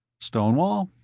stonewall?